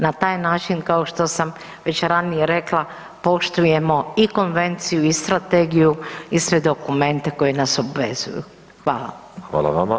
Na taj način kao što sam već ranije rekla poštujemo i Konvenciju, i Strategiju i sve dokumente koji nas obvezuju.